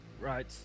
Right